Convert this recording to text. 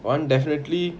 one definitely